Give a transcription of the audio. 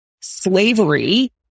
slavery